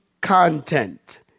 content